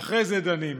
אחרי זה דנים.